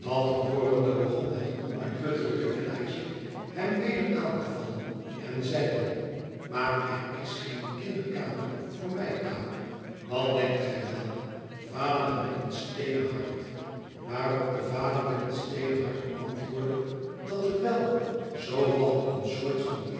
hoorende begon het onuitputtelijke bellaatje hem weder aan te vallen en zeide maar er is geene kinderkamer voor mij pa wat denkt gij wel vader met een steenen hart waarop de vader met het steenen hart antwoordde dat er wel zoo wat een soort van